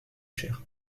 cher